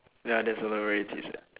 ya that's a lot of varieties